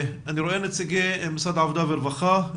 אני רואה שנציגי משרד העבודה והרווחה,